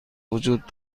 وجود